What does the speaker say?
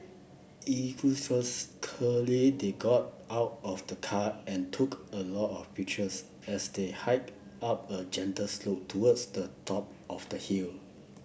enthusiastically they got out of the car and took a lot of pictures as they hiked up a gentle slope towards the top of the hill